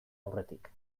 aurretik